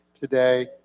today